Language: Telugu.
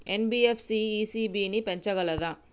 ఎన్.బి.ఎఫ్.సి ఇ.సి.బి ని పెంచగలదా?